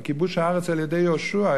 על כיבוש הארץ על-ידי יהושע,